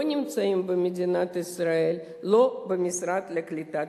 נמצאים במדינת ישראל הם לא במשרד לקליטת העלייה.